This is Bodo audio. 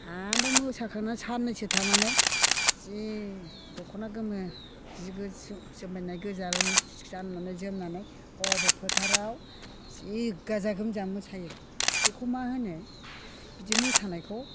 आमफाय मोसाखांनानै साननैसो थानानै जि दख'ना गोमो जि गोसोम जोमबायनाय गोजा गाननानै जोमनानै हबे फोथाराव जि गाजा गोमजा मोसायो बेखौ मा होनो बिदि मोसानायखौ